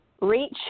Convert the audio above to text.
reach